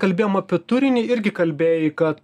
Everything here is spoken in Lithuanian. kalbėjom apie turinį irgi kalbėjai kad